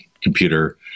computer